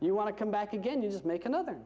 you want to come back again you just make another